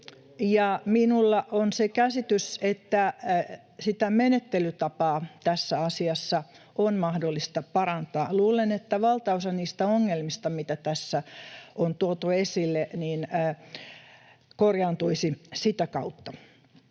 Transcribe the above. Minulla on se käsitys, että sitä menettelytapaa tässä asiassa on mahdollista parantaa. Luulen, että valtaosa niistä ongelmista, mitä tässä on tuotu esille, korjaantuisivat sitä kautta.